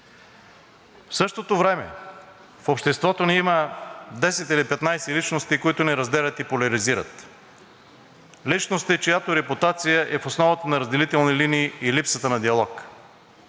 В същото време в обществото ни има 10 или 15 личности, които ни разделят и поляризират. Личности, чиято репутация е в основата на разделителни линии и липсата на диалог.